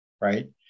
right